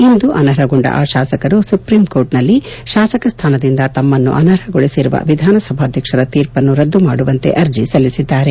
ಇಂದು ಅನರ್ಹಗೊಂಡ ಆ ಶಾಸಕರು ಸುಪ್ರೀಂಕೋರ್ಟ್ನಲ್ಲಿ ಶಾಸಕ ಸ್ಥಾನದಿಂದ ತಮ್ಮನ್ನು ಅನರ್ಹಗೊಳಿಸಿರುವ ವಿಧಾನಸಭಾಧ್ವಕ್ಷರ ತೀರ್ಮನ್ನು ರದ್ದು ಮಾಡುವಂತೆ ಅರ್ಜಿ ಸಲ್ಲಿಸಿದ್ದಾರೆ